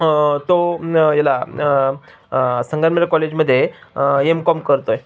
तो तो याला आ आ संगमनेर कॉलेजमध्ये एम कॉम करतोय